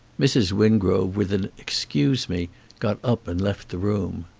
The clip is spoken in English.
mrs. wingrove with an excuse me got up and left the room.